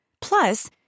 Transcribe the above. Plus